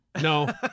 no